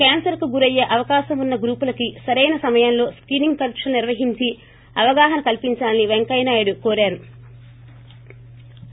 cancer కు గురయ్యే అవకాశం ఉన్న గ్రూపులకి సరైన సమయంలో స్కీనింగ్ పరిక్షలు నిర్వహించి అవగాహన కల్సించాలని పెంకయ్యనాయుడు కోరారు